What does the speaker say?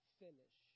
finish